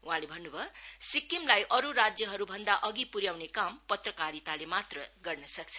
बहाँले भन्न् भयो सिक्किमलाई अरू राज्यहरूभन्दा अधि प्र्याउने काम पत्रकारिताले मात्र गर्नसक्छ